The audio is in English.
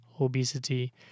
obesity